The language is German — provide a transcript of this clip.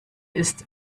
ist